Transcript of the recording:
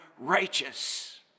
righteous